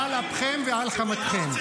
--- על אפכם ועל חמתכם.